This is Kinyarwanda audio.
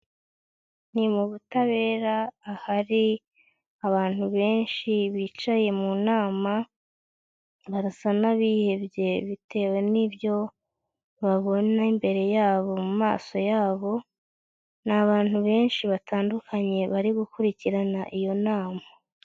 Ni mu butabera ahari abantu benshi bicaye mu nama, barasa nk'abihebye bitewe n'ibyo babona imbere yabo mu maso yabo, ni abantu benshi batandukanye bari gukurikirana iyo nama.